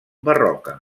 barroca